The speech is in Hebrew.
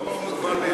ברור.